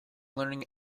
learning